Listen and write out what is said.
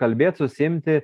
kalbėt susiimti